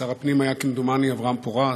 שר הפנים היה כמדומני אברהם פורז,